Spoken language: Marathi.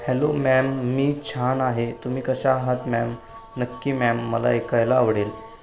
हॅलो मॅम मी छान आहे तुम्ही कशा आहात मॅम नक्की मॅम मला ऐकायला आवडेल